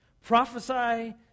Prophesy